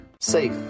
Safe